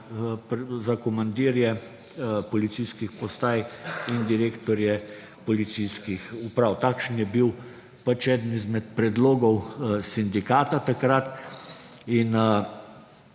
za komandirje policijskih postaj in direktorje policijskih uprav. Takšen je bil eden izmed predlogov sindikata takrat.